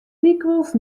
lykwols